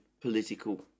political